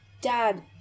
Dad